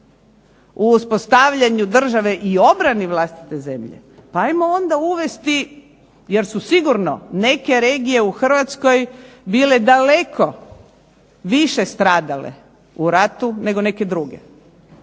u uspostavljanju države i obrani vlastite zemlje pa ajmo onda uvesti, jer su sigurno neke regije u Hrvatskoj bile daleko više stradale u ratu nego neke druge,